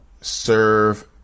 serve